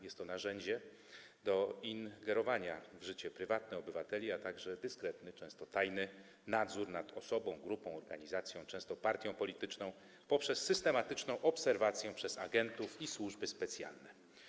Jest to narzędzie do ingerowania w życie prywatne obywateli, a także dyskretny, często tajny nadzór nad osobą, grupą, organizacją, nierzadko partią polityczną, poprzez systematyczną obserwację przez agentów i służby specjalne.